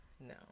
No